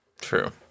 True